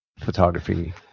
photography